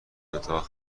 اتاق